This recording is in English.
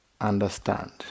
understand